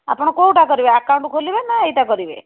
ଆପଣ କେଉଁଟା କରିବେ ଆକାଉଣ୍ଟ ଖୋଲିବେ ନା ଏଇଟା କରିବେ